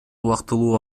убактылуу